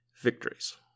victories